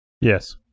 Yes